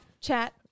Chat